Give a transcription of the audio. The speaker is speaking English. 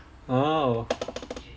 oh